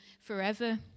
forever